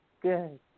Good